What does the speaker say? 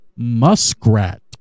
muskrat